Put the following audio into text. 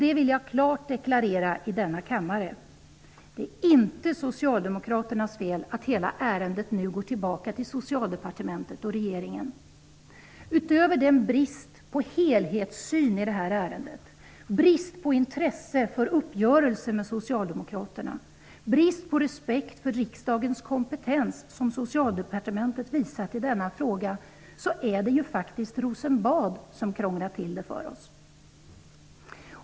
Jag vill klart deklarera i denna kammare: Det är inte socialdemokraternas fel att hela ärendet nu går tillbaka till Socialdepartementet och regeringen. Utöver den brist på helhetssyn i detta ärende, brist på intresse för uppgörelser med Socialdemokraterna och brist på respekt för riksdagens kompetens -- något som Socialdepartementet visar i denna fråga -- är det ju faktiskt Rosenbad som har krånglat till det för oss.